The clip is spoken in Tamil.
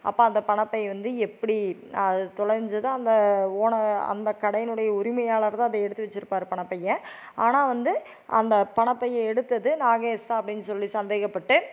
அப்போ அந்த பணப்பை வந்து எப்படி அது தொலைஞ்சித அந்த ஓன அந்த கடையினுடைய உரிமையாளர் தான் அதை எடுத்து வச்சிருப்பாரு பணப்பையை ஆனால் வந்து அந்த பணப்பையை எடுத்தது நாகேஸ் தான் அப்படின்னு சொல்லி சந்தேகப்பட்டு